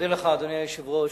אדוני היושב-ראש,